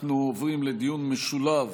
אנחנו עוברים לדיון משולב